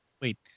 Wait